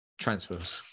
transfers